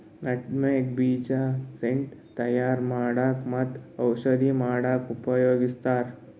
nutmeg ಬೀಜ scent ತಯಾರ್ ಮಾಡಕ್ಕ್ ಮತ್ತ್ ಔಷಧಿ ಮಾಡಕ್ಕಾ ಉಪಯೋಗಸ್ತಾರ್